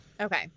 Okay